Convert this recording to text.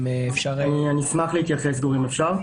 אני אשמח להתייחס, גורי, אם אפשר.